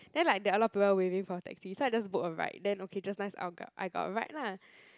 then like there are a lot of people waving for a taxi so I just book a ride then okay just nice I go~ I got a ride lah